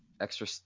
extra